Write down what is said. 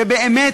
שבאמת,